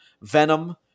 Venom